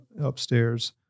upstairs